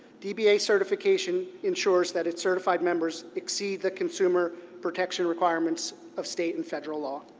dba certification ensure that its certified members exceed the consumer protection requirements of state and federal law.